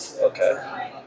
Okay